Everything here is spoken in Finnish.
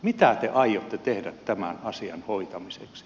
mitä te aiotte tehdä tämän asian hoitamiseksi